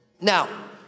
Now